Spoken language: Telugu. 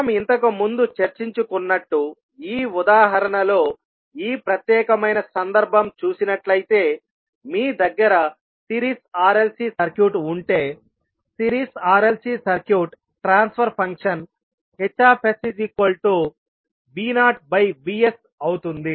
మనం ఇంతకుముందు చర్చించుకున్నట్టుఈ ఉదాహరణలో ఈ ప్రత్యేకమైన సందర్భం చూసినట్లయితే మీ దగ్గర సిరీస్ RLC సర్క్యూట్ ఉంటేసిరీస్ RLC circuit transfer function Hvovs అవుతుంది